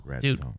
dude